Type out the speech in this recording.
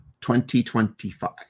2025